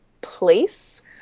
place